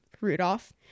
rudolph